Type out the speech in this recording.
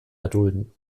erdulden